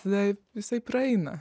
tada jisai praeina